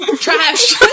Trash